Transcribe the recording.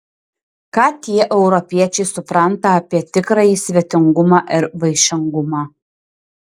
ką tie europiečiai supranta apie tikrąjį svetingumą ir vaišingumą